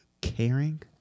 caring